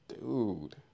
Dude